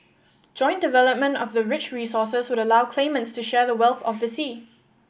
joint development of the rich resources would allow claimants to share the wealth of the sea